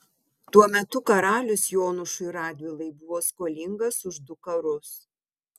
tuo metu karalius jonušui radvilai buvo skolingas už du karus